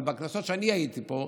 אבל בכנסות שאני הייתי פה,